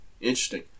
Interesting